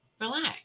relax